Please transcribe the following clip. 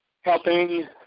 helping